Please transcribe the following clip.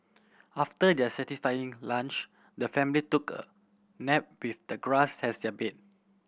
after their satisfying lunch the family took a nap with the grass as their bed